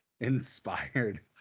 inspired